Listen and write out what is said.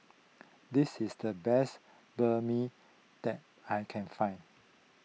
this is the best Banh Mi that I can find